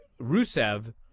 Rusev